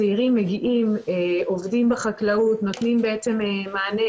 רוב הצעירים שמגיעים לתכניות הם לא בהכרח בני משק,